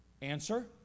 Answer